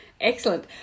Excellent